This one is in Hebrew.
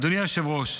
אדוני היושב-ראש,